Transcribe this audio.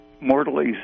mortally